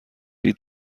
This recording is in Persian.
لیتر